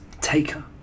Taker